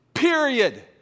Period